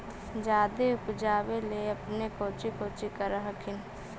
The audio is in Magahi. जादे उपजाबे ले अपने कौची कौची कर हखिन?